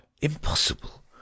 Impossible